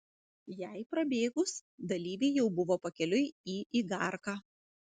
jai prabėgus dalyviai jau buvo pakeliui į igarką